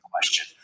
question